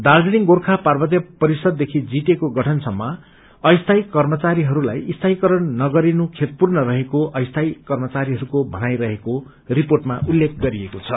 दार्जीलिङ गोर्खा पार्वत्य परिषद देखि जीटिए को गठन सम्म अस्थायी कर्मचारीहरूलाई स्थायीकरण नगरिनु खेदपूर्ण रहेको अस्थायी कर्मचारीहस्को भनाईरहेको रिपोटमा उत्लेख गरिएको छ